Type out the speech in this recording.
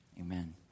Amen